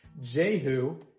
Jehu